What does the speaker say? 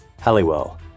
Halliwell